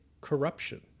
corruption